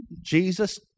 Jesus